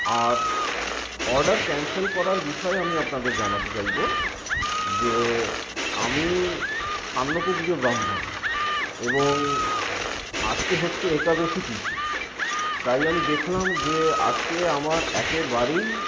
আর order cancel করার বিষয়ে আমি আপনাদের জানাতে চাইবো যে আমি কান্যকুব্জ ব্রাহ্মণ এবং আজকে হচ্ছে একাদশী তিথি তাই আমি দেখলাম যে আজকে আমার একেবারেই